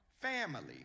Family